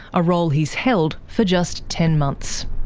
a role he's held for just ten months.